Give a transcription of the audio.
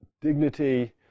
dignity